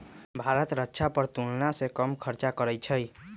भारत रक्षा पर तुलनासे कम खर्चा करइ छइ